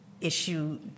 issue